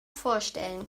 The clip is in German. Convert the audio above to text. vorstellen